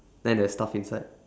then there's stuff inside